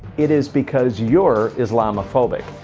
it is because you're islamphobic.